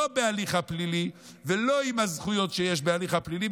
לא בהליך הפלילי ולא עם הזכויות שיש בהליך הפלילי,